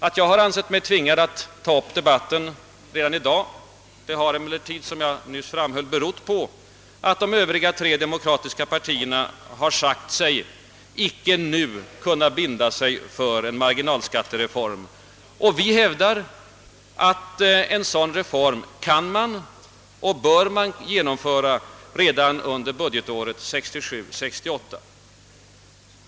Att jag ansett mig tvingad att ta upp frågan redan i dag beror, som jag nyss framhöll, på att de övriga tre demokratiska partierna har sagt att de icke nu kan binda sig för en marginalskattereform, medan vi hävdar att en sådan reform kan och bör genomföras redan under budgetåret 1967/68.